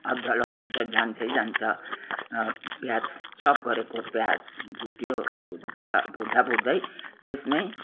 अदुवा लसुन चाहिँ जान्छै जान्छ प्याज चप गरेको प्याज भुट्यो भुट्दा भुट्दा भुट्दै त्यसमै